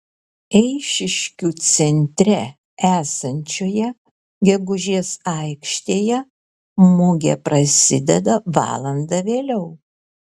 eišiškių centre esančioje gegužės aikštėje mugė prasideda valanda vėliau